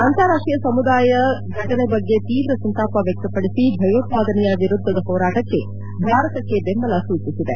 ಅಂತಾರಾಷ್ಟೀಯ ಸಮುದಾಯ ಘಟನೆ ಬಗ್ಗೆ ತೀವ್ರ ಸಂತಾಪ ವ್ಯಕ್ತಪಡಿಸಿ ಭಯೋತ್ಸಾದನೆಯ ವಿರುದ್ದ ಹೋರಾಟಕ್ಕೆ ಭಾರತಕ್ಕೆ ಬೆಂಬಲ ಸೂಚಿಸಿದೆ